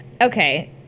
okay